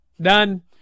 Done